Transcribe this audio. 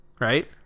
right